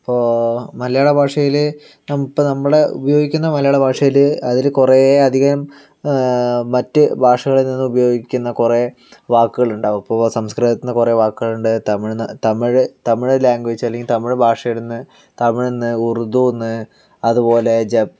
അപ്പോൾ മലയാളഭാഷയിലെ ഇപ്പം നമ്മുടെ ഉപയോഗിക്കുന്ന ഭാഷയിലെ അതിൽ കുറെ അധികം മറ്റ് ഭാഷകളിൽ നിന്നും ഉപയോഗിക്കുന്ന കുറേ വാക്കുകൾ ഉണ്ടാകും ഇപ്പോൾ സംസ്കൃതത്തിൽ നിന്ന് കുറേ വാക്കുകൾ ഉണ്ട് തമിഴ് തമിഴ് ലാംഗ്വേജ് അല്ലെങ്കിൽ തമിഴ് ഭാഷയിൽ നിന്ന് തമിഴ്ന്ന് ഉറുദൂന്ന് അതുപോലെ ജപ്പ